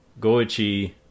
goichi